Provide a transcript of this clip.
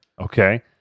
Okay